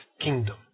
kingdom